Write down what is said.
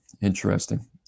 Interesting